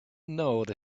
know